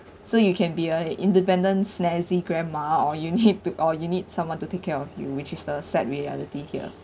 so you can be a independent snazzy grandma or you need to or you need someone to take care of you which is a sad reality here